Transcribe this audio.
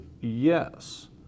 yes